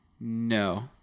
No